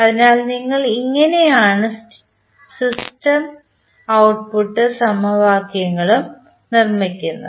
അതിനാൽ നിങ്ങൾ ഇങ്ങനെയാണ് സ്റ്റേറ്റും ഔട്ട്പുട്ട് സമവാക്യങ്ങളും നിർമ്മിക്കുന്നത്